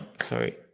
sorry